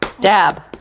Dab